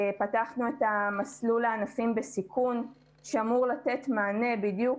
פתחנו את המסלול לענפים בסיכון שאמור לתת מענה בדיוק